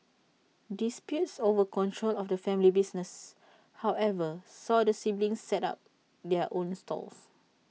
disputes over control of the family business however saw the siblings set up their own stalls